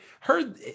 heard